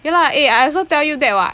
ya lah eh I also tell you that [what]